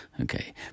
okay